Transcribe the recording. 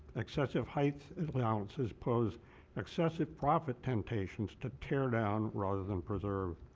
excessive height is allowances impose excessive property temptations to tear down rather than preserve.